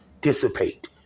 dissipate